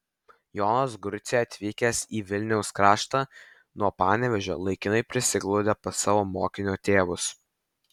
jonas grucė atvykęs į vilniaus kraštą nuo panevėžio laikinai prisiglaudė pas savo mokinio tėvus